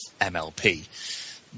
MLP